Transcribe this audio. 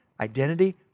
Identity